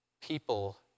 people